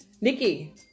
Nikki